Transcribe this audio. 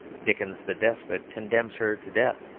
dickens the despot condemns her to death.